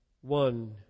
one